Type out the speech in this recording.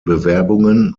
bewerbungen